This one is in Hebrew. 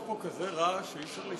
יש פה כזה רעש שאי-אפשר לשמוע.